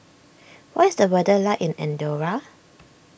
what is the weather like in Andorra